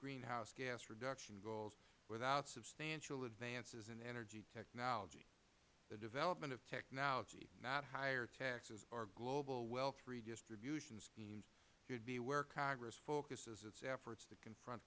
greenhouse gas reduction goals without substantial advances in energy technology the development of technology not higher taxes or global wealth redistribution schemes should be where congress focuses its efforts to confront